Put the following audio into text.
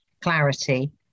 clarity